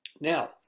Now